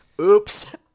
Oops